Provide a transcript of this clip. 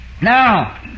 Now